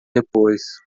depois